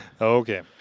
Okay